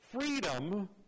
freedom